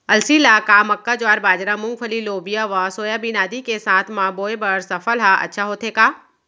अलसी ल का मक्का, ज्वार, बाजरा, मूंगफली, लोबिया व सोयाबीन आदि के साथ म बोये बर सफल ह अच्छा होथे का?